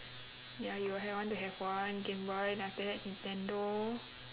ya you will have want to have one gameboy then after that nintendo